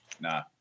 Nah